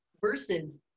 versus